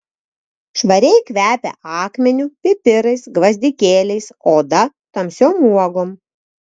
švariai kvepia akmeniu pipirais gvazdikėliais oda tamsiom uogom